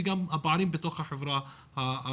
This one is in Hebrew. וגם לפערים בתוך החברה הערבית.